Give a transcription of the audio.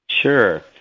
Sure